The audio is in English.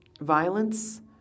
violence